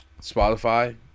Spotify